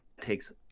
takes